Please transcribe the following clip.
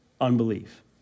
unbelief